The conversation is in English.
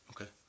Okay